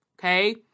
okay